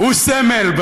הוא סמל,